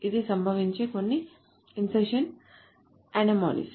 ఇవి సంభవించే కొన్ని ఇన్సర్షన్ అనామలీస్